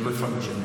לשני.